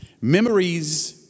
Memories